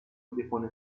depone